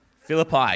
Philippi